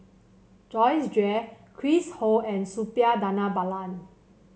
Joyce Jue Chris Ho and Suppiah Dhanabalan